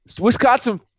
Wisconsin